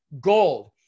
gold